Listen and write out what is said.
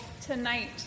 tonight